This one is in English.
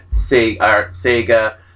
Sega